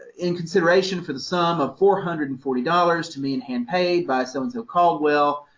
in consideration for the sum of four hundred and forty dollars to me in hand paid by so and so caldwell,